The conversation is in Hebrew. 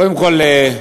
קודם כול,